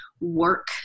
work